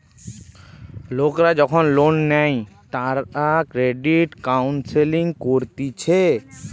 লোকরা যখন লোন নেই তারা ক্রেডিট কাউন্সেলিং করতিছে